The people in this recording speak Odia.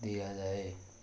ଦିଆଯାଏ